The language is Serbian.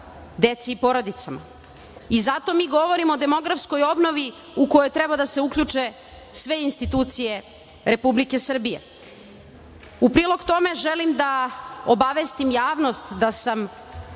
deci i porodicama. Zato mi govorimo o demografskoj obnovi u koju treba da se uključe sve institucije Republike Srbije. U prilog tome želim da obavestim javnost da sam